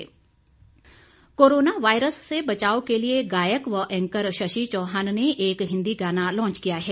Shashi Chauhan corona virus से बचाव के लिए गायक व एंकर शशि चौहान ने एक हिंदी गाना लॉन्च किया है